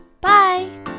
Bye